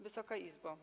Wysoka Izbo!